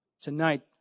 tonight